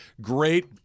Great